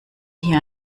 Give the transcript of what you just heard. hier